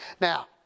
Now